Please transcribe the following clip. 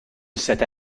cette